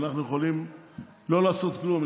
ואנחנו יכולים לא לעשות כלום,